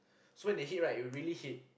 so when they hit right it really hit